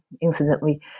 incidentally